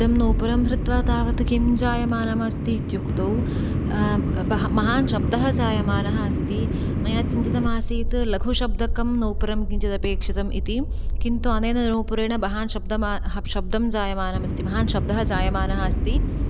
इदं नूपुरं धृत्वा तावत् किम् जायमानमस्ति इत्युक्तौ महान् शब्दः जायमानः अस्ति मया चिन्तितमासीत् लघुशब्दकं नूपुरं किञ्चिद् अपेक्षितम् इति किन्तु अनेन नूपुरेण महान् शब्दः शब्दं जायमानमस्ति महान् शब्दः जायमानः अस्ति